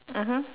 (uh huh)